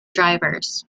divers